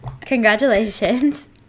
Congratulations